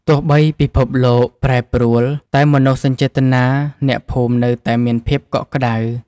ទោះបីពិភពលោកប្រែប្រួល តែមនោសញ្ចេតនាអ្នកភូមិនៅតែមានភាពកក់ក្តៅ។